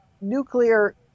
nuclear